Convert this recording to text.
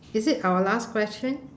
is it our last question